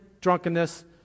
drunkenness